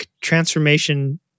transformation